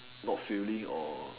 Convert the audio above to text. not failing or